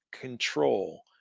control